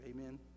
Amen